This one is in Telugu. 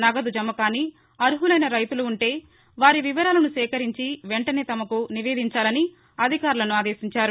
నగదు జమకాని అర్మలైన రైతులు ఉంటే వారి విపరాలను సేకరించి వెంటనే తమకు నివేదించాలని అధికారులను ఆదేశించారు